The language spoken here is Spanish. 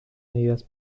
medidas